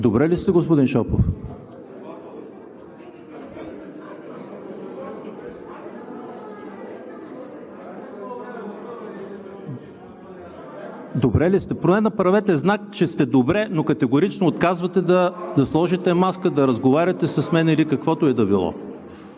Безпокои ме! Господин Шопов, добре ли сте? Поне направете знак, че сте добре, но категорично отказвате да сложите маска, да разговаряте с мен или каквото и да било.